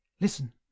listen